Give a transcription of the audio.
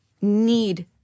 need